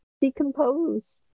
decomposed